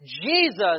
Jesus